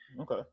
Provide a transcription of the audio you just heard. Okay